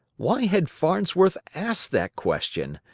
why had farnsworth asked that question?